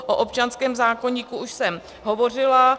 O občanském zákoníku už jsem hovořila.